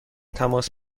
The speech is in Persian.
تماس